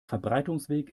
verbreitungsweg